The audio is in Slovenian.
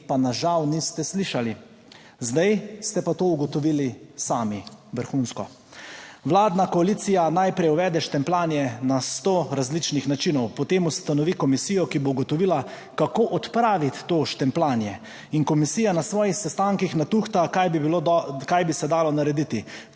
pa nas žal niste slišali. Zdaj ste pa to ugotovili sami. Vrhunsko. Vladna koalicija najprej uvede štempljanje na sto različnih načinov, potem ustanovi komisijo, ki bo ugotovila, kako odpraviti to štempljanje, in komisija na svojih sestankih natuhta, kaj bi se dalo narediti.